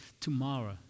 tomorrow